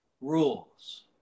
rules